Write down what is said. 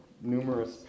numerous